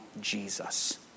Jesus